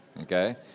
okay